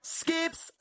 skips